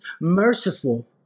merciful